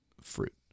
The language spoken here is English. fruit